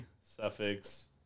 suffix